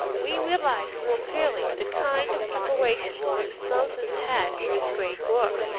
we realize more clearly the kind of preparation which moses had for his great work,